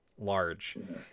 large